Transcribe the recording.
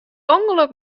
ûngelok